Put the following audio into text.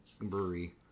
brewery